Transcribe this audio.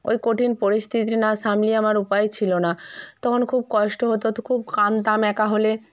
ওই কঠিন পরিস্থিতি না সামলিয়ে আমার উপায় ছিলো না তখন খুব কষ্ট হত তো খুব কাঁদতাম একা হলে